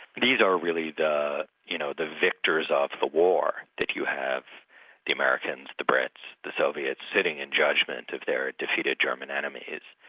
these are really the you know the victors of the war, that you have the americans the brits, the soviets, sitting in judgment at their defeated german enemies,